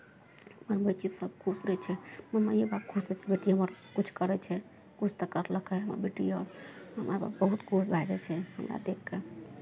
बनबै छियै सभ खुश रहै छै मम्मियो पापा खूब खुश रहै छै कि बेटी हमर किछु करै छै किछु तऽ करलकै हमर बेटियो हमर पप्पो बहुत खुश भए जाइ छै हमरा देखि कऽ